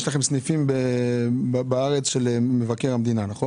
סניפים בארץ של מבקר המדינה, נכון?